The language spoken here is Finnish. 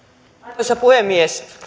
arvoisa puhemies